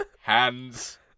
hands